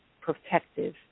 protective